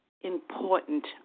important